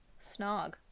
snog